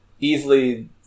Easily